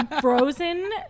frozen